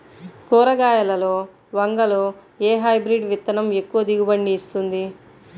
కూరగాయలలో వంగలో ఏ హైబ్రిడ్ విత్తనం ఎక్కువ దిగుబడిని ఇస్తుంది?